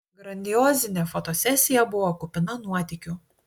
grandiozinė fotosesija buvo kupina nuotykių